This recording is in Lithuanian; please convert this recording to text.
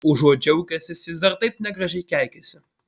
užuot džiaugęsis jis dar taip negražiai keikiasi